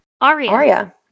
aria